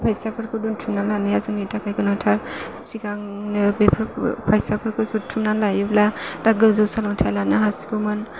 फैसाफोरखौ दोनथुमना लानाया जोंनि थाखाय गोनांथार सिगांनो बेफोर फैसाफोरखौ जुथुमनानै लायोब्ला दा गोजौ सोलोंथाइ लानो हासिगौमोन